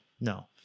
no